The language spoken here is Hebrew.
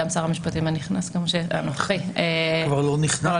גם שר המשפטים הנוכחי עד כמה שידוע לי --- הוא כבר ותיק,